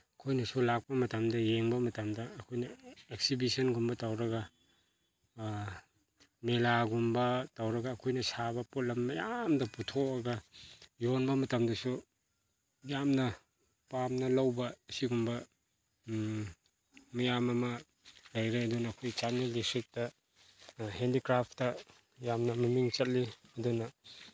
ꯑꯩꯈꯣꯏꯅꯁꯨ ꯂꯥꯛꯄ ꯃꯇꯝꯗ ꯌꯦꯡꯕ ꯃꯇꯝꯗ ꯑꯩꯈꯣꯏꯅ ꯑꯦꯛꯁꯤꯕꯤꯁꯟꯒꯨꯝꯕ ꯇꯧꯔꯒ ꯃꯦꯂꯥꯒꯨꯝꯕ ꯇꯧꯔꯒ ꯑꯩꯈꯣꯏꯅ ꯁꯥꯕ ꯄꯣꯠꯂꯝ ꯃꯌꯥꯝꯗꯣ ꯄꯨꯊꯣꯛꯑꯒ ꯌꯣꯟꯕ ꯃꯇꯝꯗꯁꯨ ꯌꯥꯝꯅ ꯄꯥꯝꯅ ꯂꯧꯕ ꯑꯁꯤꯒꯨꯝꯕ ꯃꯌꯥꯝ ꯑꯃ ꯂꯩꯔꯦ ꯑꯗꯨꯅ ꯑꯩꯈꯣꯏ ꯆꯥꯟꯗꯦꯜ ꯗꯤꯁꯇ꯭ꯔꯤꯛꯇ ꯍꯦꯟꯗꯤꯀ꯭ꯔꯥꯐꯇ ꯌꯥꯝꯅ ꯃꯃꯤꯡ ꯆꯠꯂꯤ ꯑꯗꯨꯅ